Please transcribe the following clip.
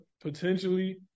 potentially